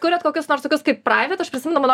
kuriat kokius nors tokius kaip praivit aš prisimenu mano